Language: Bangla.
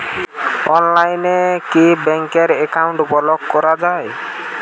অনলাইনে কি ব্যাঙ্ক অ্যাকাউন্ট ব্লক করা য়ায়?